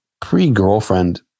pre-girlfriend